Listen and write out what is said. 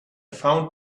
found